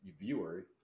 viewer